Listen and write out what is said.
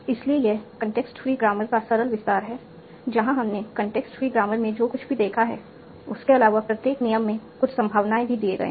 इसलिए यह context free grammar का सरल विस्तार है जहां हमने context free ग्रामर में जो कुछ भी देखा है उसके अलावा प्रत्येक नियम में कुछ संभावनाएँ भी दिए गए हैं